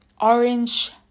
orange